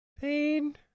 pain